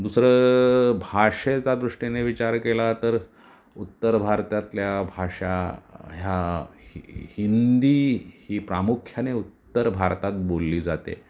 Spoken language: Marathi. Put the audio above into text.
दुसरं भाषेचा दृष्टीने विचार केला तर उत्तर भारतातल्या भाषा ह्या हि हिंदी ही प्रामुख्याने उत्तर भारतात बोलली जाते